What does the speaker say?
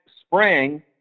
spring